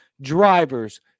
drivers